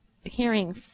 hearing